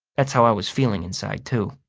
that's how i was feeling inside, too.